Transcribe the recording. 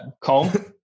comb